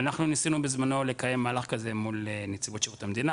אנחנו ניסינו בזמנו לקיים מהלך כזה מול נציבות שירות המדינה,